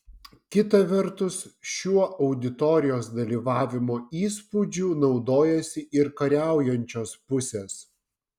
kita vertus šiuo auditorijos dalyvavimo įspūdžiu naudojasi ir kariaujančios pusės